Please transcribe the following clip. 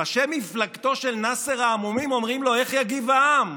ראשי מפלגתו ההמומים של נאצר אומרים לו: איך יגיב העם?